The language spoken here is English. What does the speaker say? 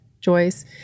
Joyce